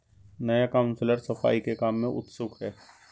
नया काउंसलर सफाई के काम में उत्सुक है